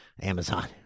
Amazon